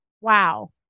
wow